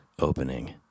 opening